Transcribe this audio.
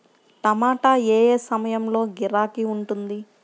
టమాటా ఏ ఏ సమయంలో గిరాకీ ఉంటుంది?